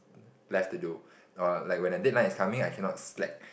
left to do or like when the deadline is coming I cannot slack